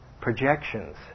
projections